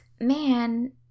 man